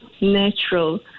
natural